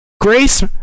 Grace